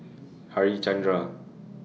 Harichandra